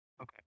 Okay